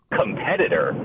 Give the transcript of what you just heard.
competitor